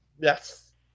Yes